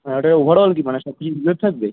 হ্যাঁ ওটা ওভারঅল কি মানে সব কিছু নিয়ে থাকবে